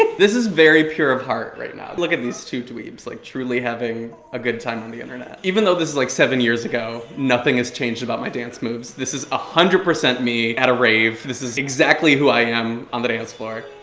this is very pure of heart right now. look at these two dweebs, like truly having a good time on the internet. even though this is like seven years ago, nothing has changed about my dance moves. this is a hundred percent me at a rave. this is exactly who i am on the dance floor.